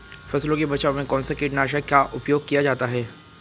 फसलों के बचाव में कौनसा कीटनाशक का उपयोग किया जाता है?